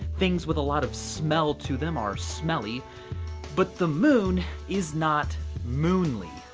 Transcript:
things with a lot of smell to them are smelly but the moon is not moonly.